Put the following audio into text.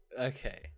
okay